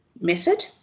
method